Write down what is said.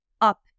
up